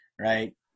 right